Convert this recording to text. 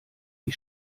wie